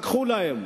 לקחו להם.